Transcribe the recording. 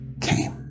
came